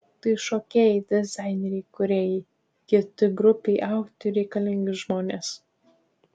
tai šokėjai dizaineriai kūrėjai kiti grupei augti reikalingi žmonės